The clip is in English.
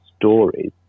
stories